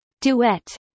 Duet